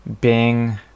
bing